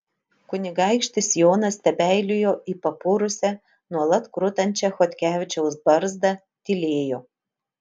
kunigaikštis jonas stebeilijo į papurusią nuolat krutančią chodkevičiaus barzdą tylėjo